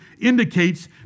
indicates